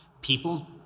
people